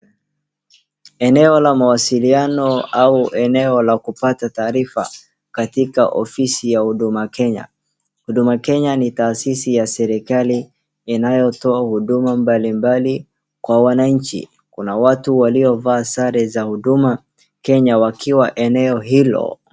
Eneo la mawasiliano au eneo la kupata taarifa katika ofisi ya Huduma Kenya. Huduma Kenya ni taasisi ya serikali inayotoa huduma mbalimbali kwa wananchi. Kuna watu waliovaa sare za Huduma Kenya wakiwa eneo hilo.